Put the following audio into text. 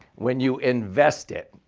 when you invest it,